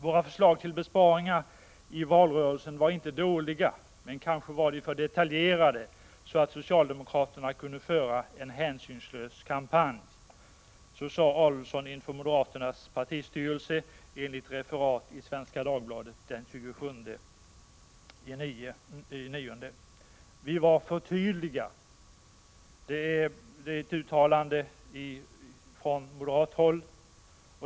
”Våra förslag till besparingar i valrörelsen var inte dåliga, men kanske var de för detaljerade så att socialdemokraterna kunde föra en hänsynslös kampanj”, sade Adelsohn inför moderaternas partistyrelse enligt ett referat i Svenska Dagbladet den 27 september. ”Vi var för tydliga”, sade man i ett uttalande från moderat håll.